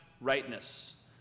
rightness